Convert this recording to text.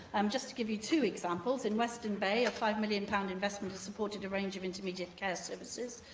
um just to give you two examples, in western bay, a five million pounds investment has supported a range of intermediate care services.